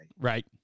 Right